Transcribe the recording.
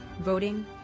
voting